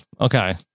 okay